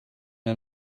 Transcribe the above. der